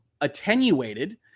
attenuated